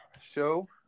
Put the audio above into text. show